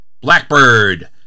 Blackbird